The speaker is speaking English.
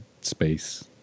space